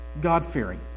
God-fearing